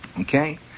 Okay